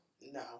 No